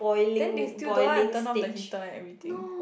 then they still don't want to turn off the heater and everything